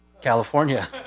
California